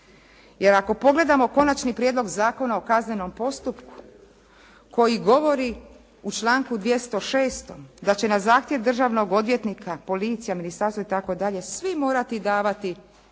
Jer ako pogledamo Konačni prijedloga Zakona o kaznenom postupku, koji govori u članku 206. da će na zahtjev državnog odvjetnika, policija, ministarstvo itd. svi morati davati